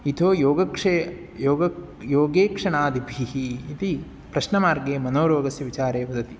इथो योगक्षे योगक् योगेक्षणादिभिः इति प्रश्नमार्गे मनोरोगस्य विचारे वदति